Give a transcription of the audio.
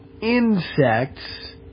insects